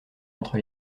entre